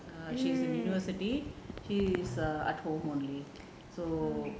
err she's in university she is err at home only so